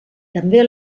també